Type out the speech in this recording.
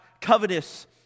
Covetous